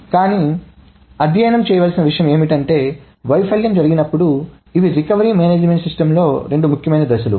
కానీ అధ్యయనం చేయవలసిన విషయం ఏమిటంటే వైఫల్యం జరిగినప్పుడు ఇవి రికవరీ మేనేజ్మెంట్ సిస్టమ్స్లో రెండు ముఖ్యమైన దశలు